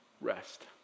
rest